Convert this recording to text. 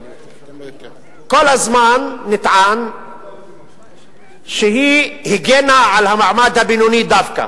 כל הזמן נטען שהיא הגנה על המעמד הבינוני דווקא,